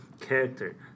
character